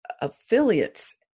affiliates